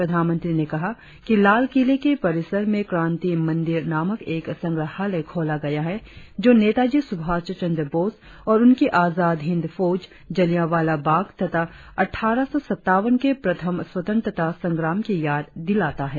प्रधानमंत्री ने कहा कि लाल किले के परिसर में क्रांति मंदिर नामक एक संग्रहालय खोला गया है जो नेताजी सुभाषचंद्र बोस और उनकी आजाद हिंद फौज जलियांवाला बाग तथा अट्ठारह सौ सत्तावन के प्रथम स्वतंत्रता संग्राम की याद दिलाता है